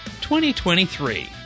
2023